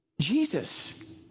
Jesus